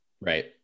Right